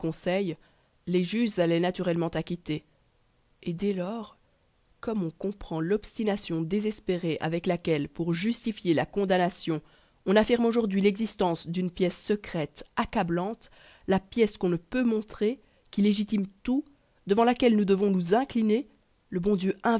les juges allaient naturellement acquitter et dès lors comme l'on comprend l'obstination désespérée avec laquelle pour justifier la condamnation on affirme aujourd'hui l'existence d'une pièce secrète accablante la pièce qu'on ne peut montrer qui légitime tout devant laquelle nous devons nous incliner le bon dieu